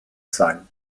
sein